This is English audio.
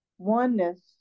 Oneness